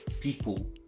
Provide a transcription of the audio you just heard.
people